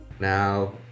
Now